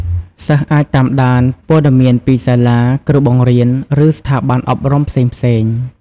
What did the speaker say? សិស្សអាចតាមដានព័ត៌មានពីសាលា គ្រូបង្រៀន ឬស្ថាប័នអប់រំផ្សេងៗ។